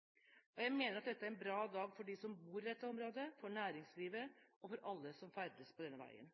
miljøet. Jeg mener at dette er en bra dag for dem som bor i dette området, for næringslivet og for alle som ferdes på denne veien.